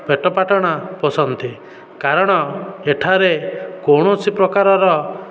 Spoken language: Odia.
ପେଟ ପାଟଣା ପୋଷନ୍ତି କାରଣ ଏଠାରେ କୌଣସି ପ୍ରକାରର